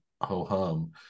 ho-hum